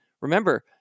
Remember